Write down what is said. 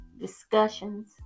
discussions